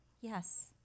Yes